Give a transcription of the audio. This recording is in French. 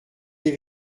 des